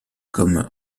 comme